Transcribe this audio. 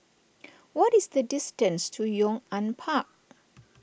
what is the distance to Yong An Park